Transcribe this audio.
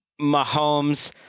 Mahomes